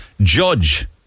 judge